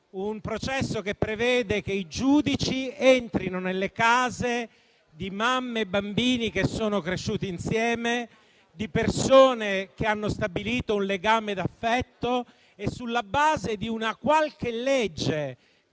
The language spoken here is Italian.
un processo che prevede che i giudici entrino nelle case di mamme e bambini che sono cresciuti insieme e di persone che hanno stabilito un legame d'affetto. Sulla base di una qualche legge,